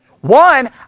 One